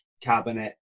cabinet